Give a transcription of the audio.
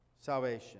salvation